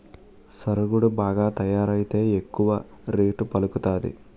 సరుగుడు బాగా తయారైతే ఎక్కువ రేటు పలుకుతాది